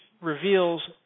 reveals